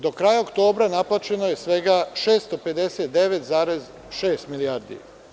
Do kraja oktobra naplaćeno je svega 659,6 milijardi.